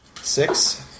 Six